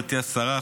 גברתי השרה,